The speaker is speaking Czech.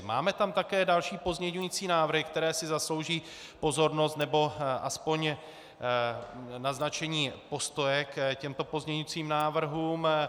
Máme tam také další pozměňovací návrhy, které si zaslouží pozornost, nebo aspoň naznačení postoje k těmto pozměňovacím návrhům.